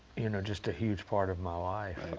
you know, just a huge part of my life.